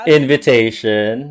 invitation